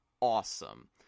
awesome